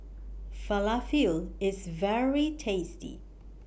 Falafel IS very tasty